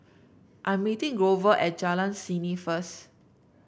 I'm meeting Grover at Jalan Seni first